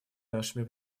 нашими